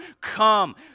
come